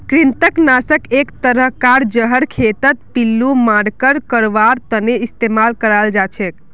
कृंतक नाशक एक तरह कार जहर खेतत पिल्लू मांकड़ मरवार तने इस्तेमाल कराल जाछेक